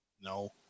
No